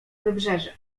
wybrzeże